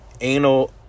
Anal